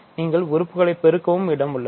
நீங்கள் உறுப்புகளை பெருக்கவும் இடம் உள்ளது